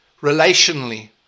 relationally